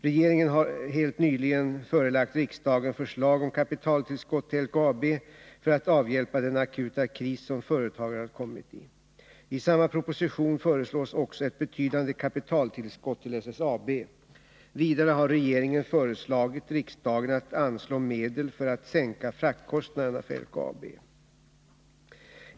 Regeringen har helt nyligen förelagt riksdagen förslag om kapitaltillskott till LKAB riksdagen att anslå medel för att sänka fraktkostnaderna för LKAB.